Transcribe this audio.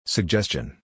Suggestion